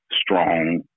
strong